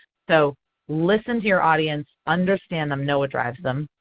so listen to your audience, understand them, know what drives them.